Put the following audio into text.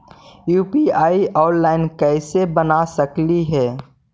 UPI online कैसे बना सकली हे?